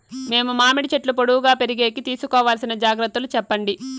మేము మామిడి చెట్లు పొడువుగా పెరిగేకి తీసుకోవాల్సిన జాగ్రత్త లు చెప్పండి?